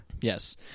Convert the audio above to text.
Yes